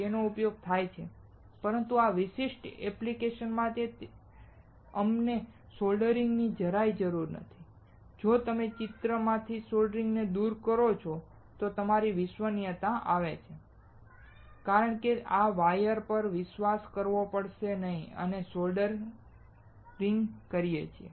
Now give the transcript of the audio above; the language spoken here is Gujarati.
તેનો ઉપયોગ થાય છે પરંતુ આ વિશિષ્ટ એપ્લિકેશન માટે અમને સોલ્ડરિંગની જરાય જરૂર નથી અને જો તમે ચિત્ર માંથી સોલ્ડરિંગને દૂર કરો છો તો તમારી વિશ્વસનીયતા આવે છે કારણ કે તમારે આ વાયર પર વિશ્વાસ કરવો પડશે નહીં કે અમે સોલ્ડરિંગ કરીએ છીએ